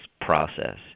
process